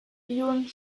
viewing